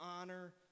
honor